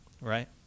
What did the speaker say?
Right